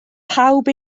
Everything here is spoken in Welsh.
pawb